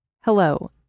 Hello